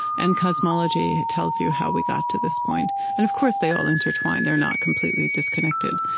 and cosmology tells you how we got to this point. and of course, they all intertwine. they're not completely disconnected.